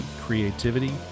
creativity